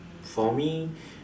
for me